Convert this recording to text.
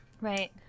Right